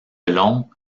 long